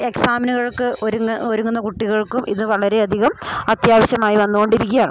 എക്സാമിന്കൾക്ക് ഒരുങ്ങ് ഒരുങ്ങുന്ന കുട്ടികൾക്കും ഇത് വളരെ അധികം അത്യാവശ്യമായി വന്നോണ്ടിരിക്കുക ആണ്